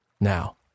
now